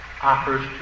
offers